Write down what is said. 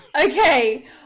Okay